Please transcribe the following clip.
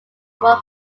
one